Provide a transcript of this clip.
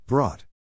Brought